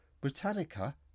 Britannica